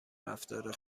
رفتار